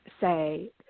say